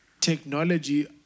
technology